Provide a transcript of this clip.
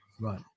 Right